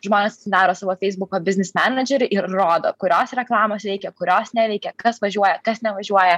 žmonės atsidaro savo feisbuko biznis menedžerį ir rodo kurios reklamos veikia kurios neveikia kas važiuoja kas nevažiuoja